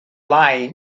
lying